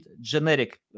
generic